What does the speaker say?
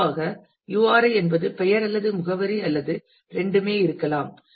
பொதுவாக URI என்பது பெயர் அல்லது முகவரி அல்லது இரண்டுமே இருக்கலாம்